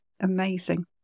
amazing